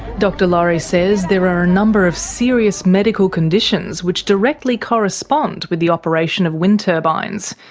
dr laurie says there are a number of serious medical conditions which directly correspond with the operation of wind turbines.